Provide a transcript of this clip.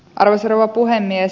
arvoisa rouva puhemies